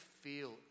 feel